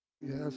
Yes